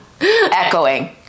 echoing